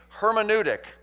hermeneutic